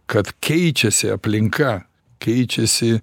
kad keičiasi aplinka keičiasi